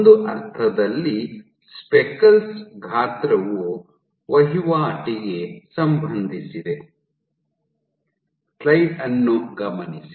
ಒಂದು ಅರ್ಥದಲ್ಲಿ ಸ್ಪೆಕಲ್ಸ್ ಗಾತ್ರವು ವಹಿವಾಟಿಗೆ ಸಂಬಂಧಿಸಿದೆ